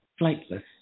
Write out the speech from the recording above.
flightless